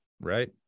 Right